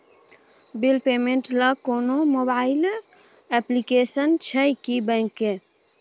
Bill payment ल कोनो mobile application छै की बैंक के?